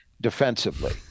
defensively